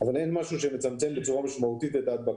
הדבקה בצורה משמעותית.